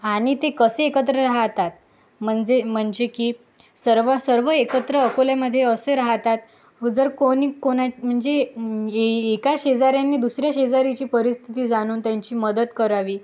आणि ते कसे एकत्र राहतात म्हणजे म्हणजे की सर्व सर्व एकत्र अकोल्यामध्ये असे राहतात जर कोणी कोणा म्हणजे एका शेजाऱ्याने दुसऱ्या शेजाऱ्याची परिस्थिती जाणून त्यांची मदत करावी